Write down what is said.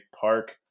park